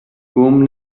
گـم